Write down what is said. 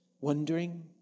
Wondering